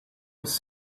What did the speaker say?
was